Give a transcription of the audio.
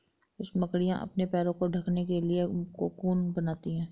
कुछ मकड़ियाँ अपने पैरों को ढकने के लिए कोकून बनाती हैं